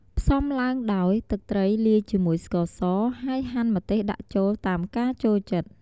ផ្សំឡើងដោយ ទឹកត្រីលាយជាមួយស្ករស ហើយហាន់ម្ទេសដាក់ចូលតាមការចូលចិត្ត។